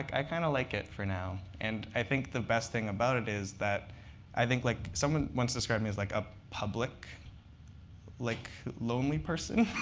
like i kind of like it for now. and i think the best thing about it is that i think like someone someone once described me as like a public like lonely person